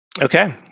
Okay